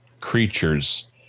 creatures